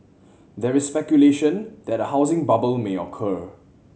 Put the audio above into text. there is speculation that a housing bubble may occur